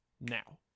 now